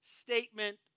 statement